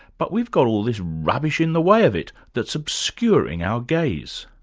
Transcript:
but we've got all this rubbish in the way of it that's obscuring our gaze.